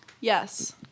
Yes